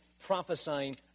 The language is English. prophesying